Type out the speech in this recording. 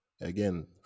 Again